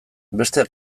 beste